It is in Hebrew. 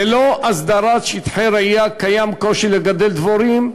ללא הסדרת שטחי רעייה קיים קושי לגדל דבורים.